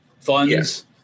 funds